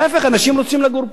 להיפך, אנשים רוצים לגור פה.